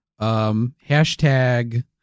hashtag